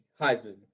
Heisman